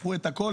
הפכו את הכול?